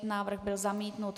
Návrh byl zamítnut.